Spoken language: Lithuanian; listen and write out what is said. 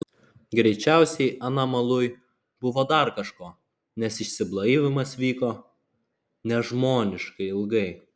greičiausiai anam aluj buvo dar kažko nes išsiblaivymas vyko nežmoniškai ilgai